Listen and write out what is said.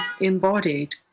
embodied